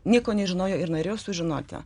nieko nežinojo ir norėjo sužinoti